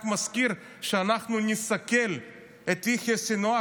רק מזכיר שאנחנו נסכל את יחיא סנוואר,